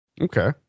Okay